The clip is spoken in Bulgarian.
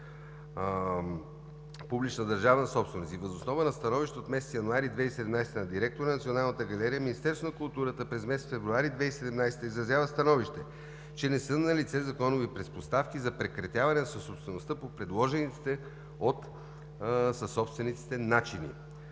публична държавна собственост, и въз основа на становището от месец януари 2017 г. на директора на Националната галерия, Министерството на културата през месец февруари 2017 г. изразява становище, че не са налице законови предпоставки за прекратяване на собствеността по предложените от съсобствениците начини.